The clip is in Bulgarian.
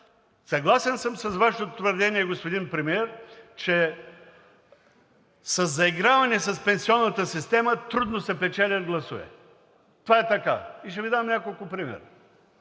съгласен съм с Вашето твърдение, господин Премиер, че със заиграване с пенсионната система трудно се печелят гласове. Това е така и ще Ви дам няколко примера.